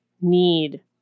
need